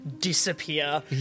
disappear